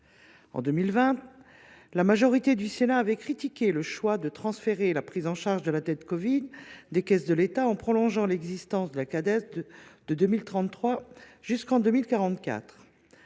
En 2020, la majorité du Sénat avait critiqué le choix de transférer la prise en charge de la dette covid des caisses de l’État en prolongeant l’existence de la Cades de 2033 jusqu’en 2044.